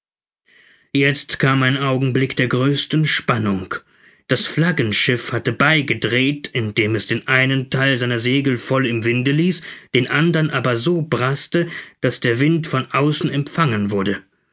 jetzt kam ein augenblick der größten spannung das flaggenschiff hatte beigedreht indem es den einen theil seiner segel voll im winde ließ den andern aber so braßte daß der wind von außen empfangen wurde